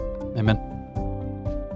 Amen